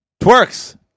Twerks